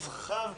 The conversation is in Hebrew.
אדוני היושב-ראש,